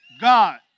God